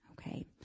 Okay